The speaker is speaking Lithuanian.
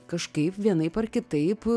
kažkaip vienaip ar kitaip